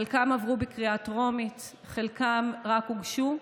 חלקם עברו בקריאה טרומית, חלקם רק הוגשו,